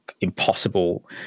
impossible